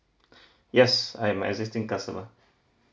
yes I'm an existing customer